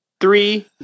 three